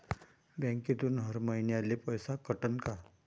बँकेतून हर महिन्याले पैसा कटन का?